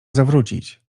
zawrócić